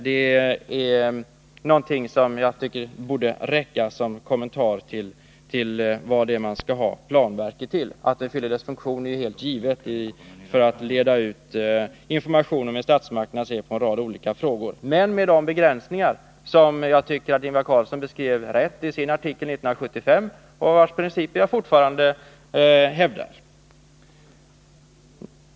Det borde räcka som kommentar när det gäller talet om vad man skall ha planverket till. Att det fyller sin funktion är ju helt givet när det gäller att föra ut information om hur statsmakterna ser på en rad olika frågor — men med de begränsningar som jag tycker att Ingvar Carlsson på ett riktigt sätt beskrev i sin artikel 1975 och vars principer jag fortfarande hävdar.